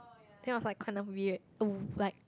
I think it was like kind of weird oh like